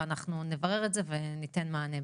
אנחנו נברר את זה וניתן מענה.